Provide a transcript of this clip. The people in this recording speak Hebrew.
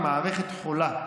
היא מערכת חולה,